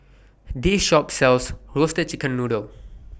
This Shop sells Roasted Chicken Noodle